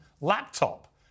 laptop